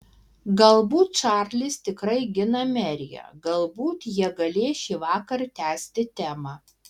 galbūt čarlis tikrai gina meriją galbūt jie galės šįvakar tęsti temą